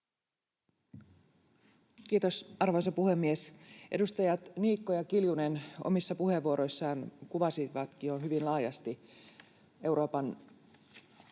Kiitos, arvoisa puhemies! Edustajat Niikko ja Kiljunen omissa puheenvuoroissaan kuvasivatkin jo Etyjin toimintaa